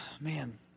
man